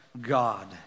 God